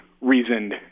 reasoned